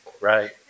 right